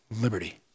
liberty